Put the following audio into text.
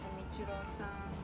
Michiro-san